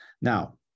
Now